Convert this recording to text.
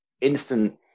instant